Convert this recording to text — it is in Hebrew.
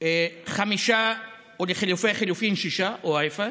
חמישה או לחלופי-חלופין שישה, או להפך.